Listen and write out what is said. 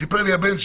סיפר לי הבן שלי,